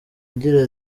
agira